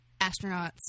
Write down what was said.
astronauts